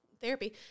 therapy